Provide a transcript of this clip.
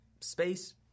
space